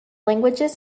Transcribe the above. languages